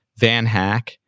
VanHack